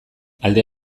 alde